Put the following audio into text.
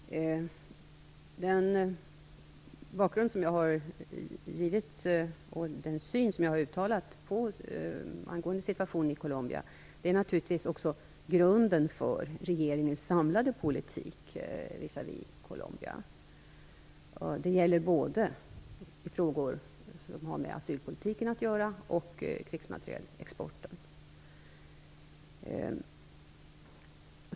Herr talman! Den bakgrund som jag har givit och den syn som jag uttalat angående situationen i Colombia utgör naturligtvis också grunden för regeringens samlade politik visavi Colombia. Det gäller både frågor som rör asylpolitiken och frågor som rör krigsmaterielexporten.